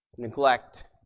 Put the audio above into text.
Neglect